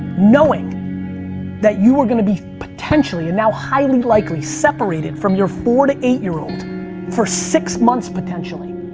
knowing that you are gonna be potentially, and now highly likely, separated from your four to eight-year-old for six months potentially,